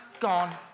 gone